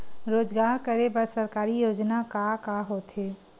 रोजगार करे बर सरकारी योजना का का होथे?